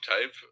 type